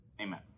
Amen